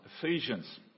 Ephesians